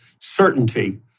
certainty